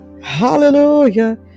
hallelujah